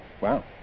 Wow